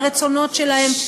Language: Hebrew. לרצונות שלהם,